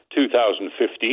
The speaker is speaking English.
2015